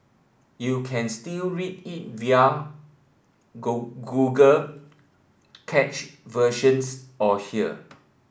you can still read it via Google cached versions or here